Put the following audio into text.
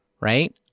Right